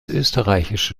österreichische